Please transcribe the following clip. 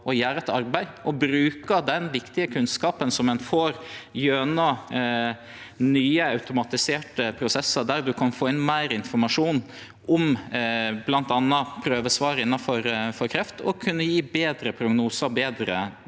og gjer eit arbeid, som brukar den viktige kunnskapen som ein får gjennom nye automatiserte prosessar, der ein kan få inn meir informasjon om bl.a. prøvesvar innanfor kreft, og som kan gje betre prognosar og betre